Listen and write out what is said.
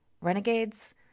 Renegades